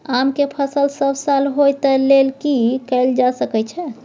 आम के फसल सब साल होय तै लेल की कैल जा सकै छै?